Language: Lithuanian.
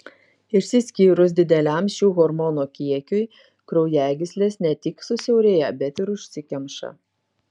išsiskyrus dideliam šių hormonų kiekiui kraujagyslės ne tik susiaurėja bet ir užsikemša